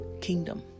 kingdom